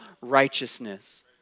righteousness